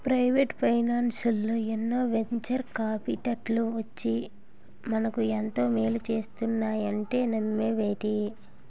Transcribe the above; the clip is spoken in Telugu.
ప్రవేటు ఫైనాన్సల్లో ఎన్నో వెంచర్ కాపిటల్లు వచ్చి మనకు ఎంతో మేలు చేస్తున్నాయంటే నమ్మవేంటి?